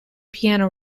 piano